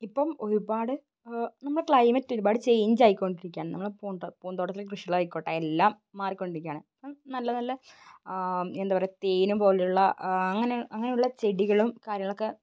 ഇപ്പം ഒരുപാട് നമ്മളെ ക്ലൈമറ്റ് ഒരുപാട് ചെയ്ഞ്ച് ആയിക്കൊണ്ടിരിക്കുകയാണ് നമ്മൾ പൂന്തോട്ടത്തിൽ കൃഷികൾ ആയിക്കോട്ടെ എല്ലാം മാറിക്കൊണ്ടിരിക്കുകയാണ് അപ്പം നല്ല നല്ല എന്താണ് പറയുക തേൻ പോലെയുള്ള അങ്ങനെ അങ്ങനെയുള്ള ചെടികളും കാര്യങ്ങളൊക്കെ